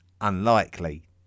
unlikely